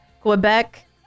Quebec